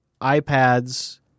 iPads